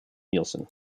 nielsen